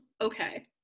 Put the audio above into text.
okay